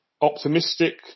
optimistic